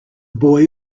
boy